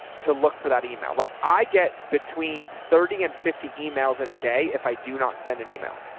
to look for that email? like i get between thirty and fifty emails in a day. if i do not send an email.